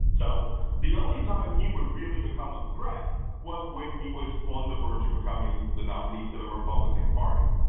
so the only time he would really become a threat was when he was on the verge of becoming the nominee to the republican party,